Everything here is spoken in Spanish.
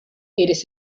eres